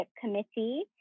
Committee